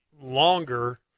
longer